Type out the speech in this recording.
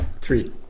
Three